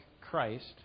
Christ